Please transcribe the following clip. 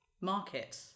Market